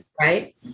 right